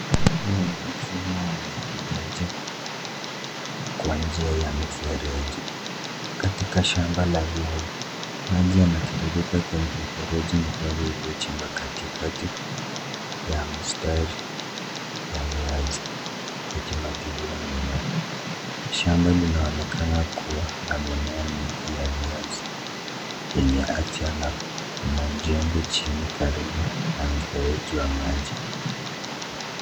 Huu ni mfumo wa umwagiliaji kwa njia ya mfereji katika shamba la viazi. Maji yanatiririka kwenye mfereji mdogo iliyochimbwa katikati ya mstari ya viazi ikimwagilia mimea. Shamba linaonekana kuwa na mimea mingi ya viazi yenye afya na kuna jembe chini karibu na mfereji ya maji.